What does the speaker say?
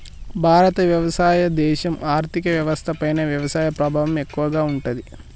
భారత్ వ్యవసాయ దేశం, ఆర్థిక వ్యవస్థ పైన వ్యవసాయ ప్రభావం ఎక్కువగా ఉంటది